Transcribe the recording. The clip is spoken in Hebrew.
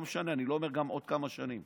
לא משנה, אני גם לא אומר בעוד כמה שנים.